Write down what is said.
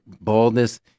baldness